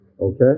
Okay